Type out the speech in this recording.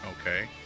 okay